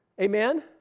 Amen